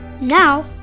Now